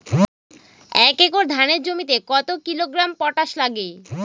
এক একর ধানের জমিতে কত কিলোগ্রাম পটাশ লাগে?